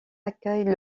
accueille